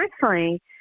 personally